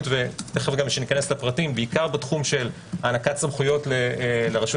וכשניכנס לפרטים - בעיקר בתחום של הענקת סמכויות לרשות